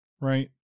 right